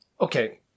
Okay